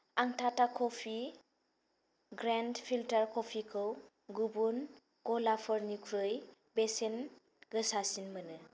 आं Tata coffee grand filter कफिखौ गुबुन गलाफोरनिख्रुइ बेसेन गोसासिन मोनो